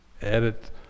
edit